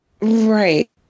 Right